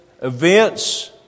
events